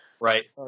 Right